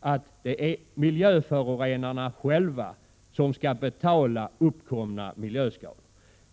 att det är miljöförorenarna själva som skall betala uppkomna miljöskador.